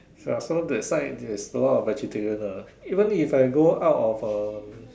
ya so that side there's a lot of vegetarian lah even if I go out of uh